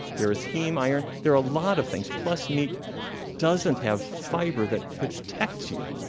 there's heme iron, there are a lot of things. plus meat doesn't have fiber that protects you.